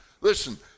Listen